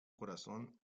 corazón